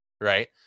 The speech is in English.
right